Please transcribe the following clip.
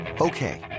Okay